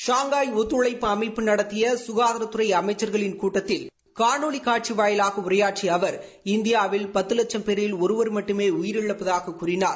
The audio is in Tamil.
ஷாங்ய் ஒத்துழைப்பு அமைப்பு நடத்திய கனதாரத்துறை அமைச்சர்களின் கூட்டத்தில் காணோலி காட்சி வாயிலாக உரையாற்றிய அவர் இந்தியாவில் பத்து லட்சும் பேரில் ஒருவர் மட்டுமே உயிரிழப்பதாகக் கூறினார்